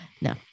No